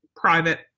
private